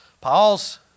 Paul's